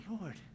lord